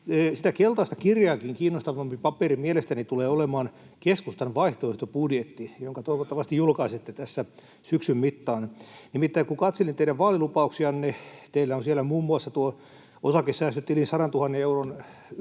keltaista kirjaakin kiinnostavampi paperi mielestäni tulee olemaan keskustan vaihtoehtobudjetti, jonka toivottavasti julkaisette tässä syksyn mittaan: Nimittäin kun katselin teidän vaalilupauksianne, teillä on siellä muun muassa osakesäästötilin 100 000 euron